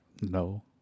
No